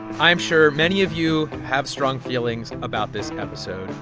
i am sure many of you have strong feelings about this episode.